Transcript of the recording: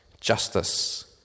Justice